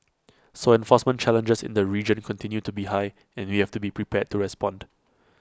so enforcement challenges in the region continue to be high and we have to be prepared to respond